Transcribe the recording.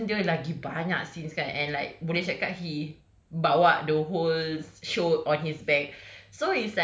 macam this season dia orang lagi banyak scenes kan and like boleh cakap he bawa the whole show on his back